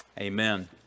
Amen